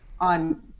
on